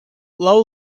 low